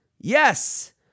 Yes